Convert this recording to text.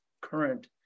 current